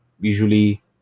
usually